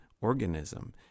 organism